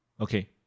Okay